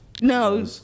No